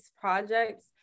projects